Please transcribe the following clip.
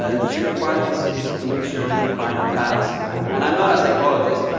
ah tricky part is is to make sure that you find a balance in life, and i'm not a psychologist,